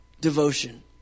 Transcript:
devotion